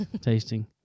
tasting